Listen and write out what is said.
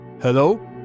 Hello